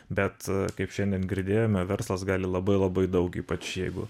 bet kaip šiandien girdėjome verslas gali labai labai daug ypač jeigu